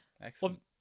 Excellent